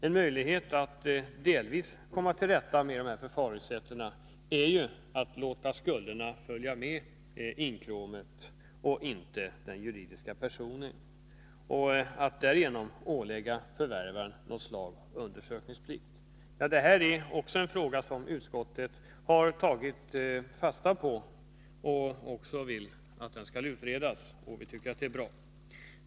En möjlighet att delvis komma till rätta med det här förfaringssättet är att låta skulderna följa med inkråmet och inte med den juridiska personen och att därigenom ålägga förvärvaren något slags undersökningsplikt. Det här är en fråga som utskottet har tagit fasta på och vill att den skall utredas. Det tycker vi är bra.